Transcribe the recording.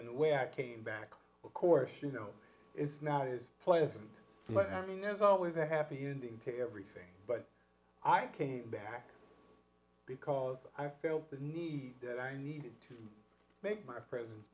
and the way i came back of course you know it's not as pleasant but i mean there's always a happy ending to everything but i came back because i felt the need that i needed to make my presen